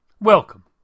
Welcome